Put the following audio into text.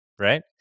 right